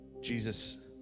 Jesus